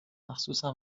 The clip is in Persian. مخصوصا